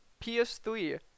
PS3